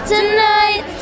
Tonight